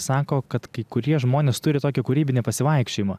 sako kad kai kurie žmonės turi tokį kūrybinį pasivaikščiojimą